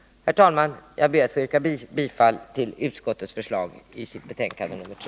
Herr talman! Jag ber att få yrka bifall till utskottets förslag i betänkandet nr 3.